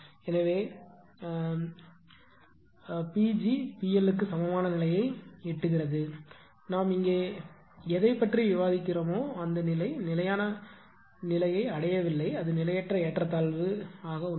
எனவே stateP g stateP L க்கு சமமான நிலையை எட்டுகிறது நாம் இங்கே எதைப் பற்றி விவாதிக்கிறோமோ அந்த நிலை நிலையான நிலையை அடையவில்லை அது நிலையற்ற ஏற்றத்தாழ்வு உள்ளது